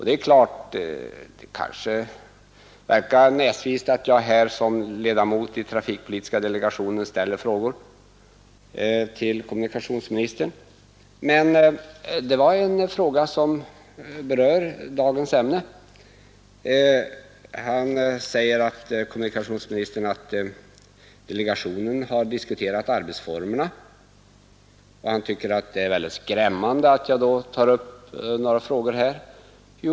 Det verkar kanske näsvist att jag som ledamot av trafikpolitiska delegationen ställer frågor till kommunikationsministern här i riksdagen, men det var ju en fråga som berör dagens ämne. Kommunikationsministern sade att delegationen ju har diskuterat arbetsformerna, och därför tyckte han att det var skrämmande att jag tog upp vissa frågor här i kammaren.